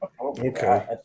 okay